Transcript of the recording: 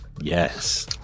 Yes